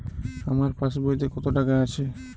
আমার পাসবইতে কত টাকা আছে?